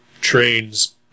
trains